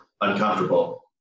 uncomfortable